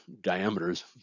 diameters